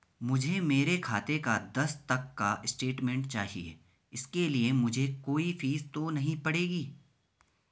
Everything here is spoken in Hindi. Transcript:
मुझे मेरे खाते का दस तक का स्टेटमेंट चाहिए इसके लिए मुझे कोई फीस तो नहीं पड़ेगी?